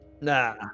Nah